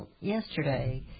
yesterday